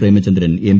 Premachandran M